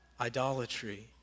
idolatry